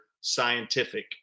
Scientific